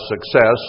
success